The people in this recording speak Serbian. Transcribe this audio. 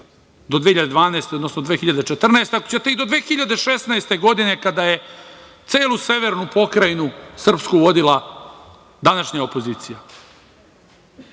do 2012. godine, 2014. ako ćete i do 2016. godine kada je celu severnu pokrajinu srpsku vodila današnja opozicija?